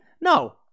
No